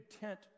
tent